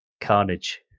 Carnage